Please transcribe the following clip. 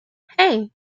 hey